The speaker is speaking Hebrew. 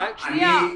עם כל הכבוד, שנייה.